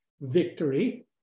victory